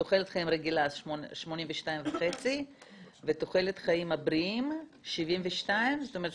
תוחלת חיים רגילה 82.5 ותוחלת החיים הבריאים 72. זאת אומרת